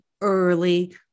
early